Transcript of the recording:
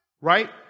right